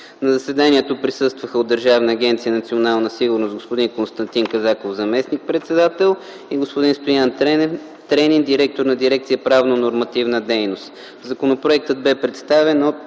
На заседанието присъстваха от Държавна агенция „Национална сигурност” господин Константин Казаков – заместник председател, и господин Стоян Тренин – директор на Дирекция „Правно-нормативна дейност”. Законопроектът бе представен от